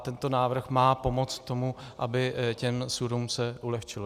Tento návrh má pomoct tomu, aby se těm soudům ulehčilo.